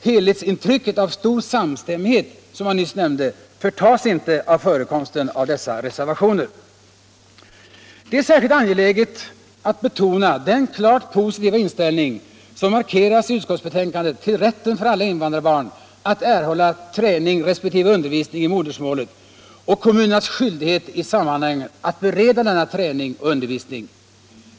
Helhetsintrycket av stor samstämmighet, som jag nyss nämnde, förtas inte av förekomsten av dessa reservationer. Det är särskilt angeläget att betona den klart positiva inställning som markeras i utskottsbetänkandet till rätten för alla invandrarbarn att erhålla träning resp. undervisning i modersmålet och kommunernas skyldighet i sammanhanget att bereda denna träning och undervisning.